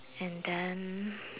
and then